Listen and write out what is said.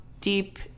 deep